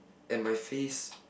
and my face